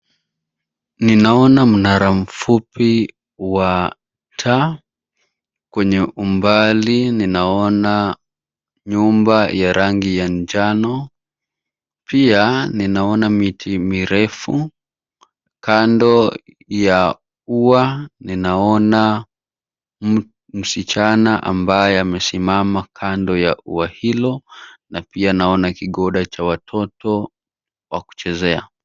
Ninaona mnara mfupi wa taa, kwenye umbali ninaona nyumba ya rangi ya njano pia, ninaona miti mirefu. Kando ya ua ninaona msichana ambaye amesimama kando ya ua hilo na pia ninaona kigoda cha watoto wa kuchezea.